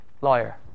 lawyer